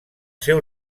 seu